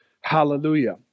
Hallelujah